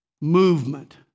movement